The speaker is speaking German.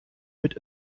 mit